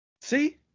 See